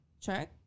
check